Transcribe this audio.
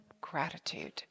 gratitude